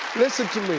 listen to